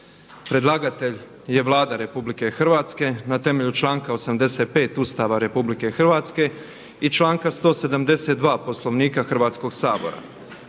Predlagatelj je Vlada Republike Hrvatske na temelju članak 85. Ustava Republike Hrvatske i članka 172. Poslovnika Hrvatskoga sabora.